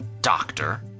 doctor